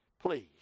Please